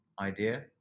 idea